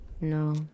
No